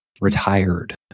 retired